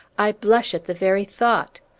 i blush at the very thought!